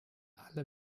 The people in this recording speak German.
alle